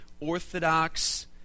orthodox